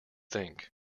think